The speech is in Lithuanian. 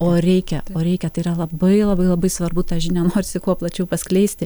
o reikia o reikia tai yra labai labai labai svarbu tą žinią norisi kuo plačiau paskleisti